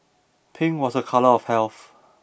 pink was a colour of health